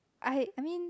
I I mean